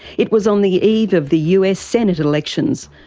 it was on the eve of the us senate elections,